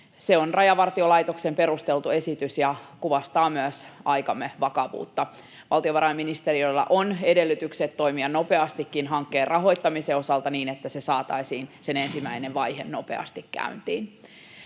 Se on Rajavartiolaitoksen perusteltu esitys ja kuvastaa myös aikamme vakavuutta. Valtiovarainministeriöllä on edellytykset toimia nopeastikin hankkeen rahoittamisen osalta niin, että sen ensimmäinen vaihe saataisiin nopeasti käyntiin.